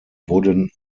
wurden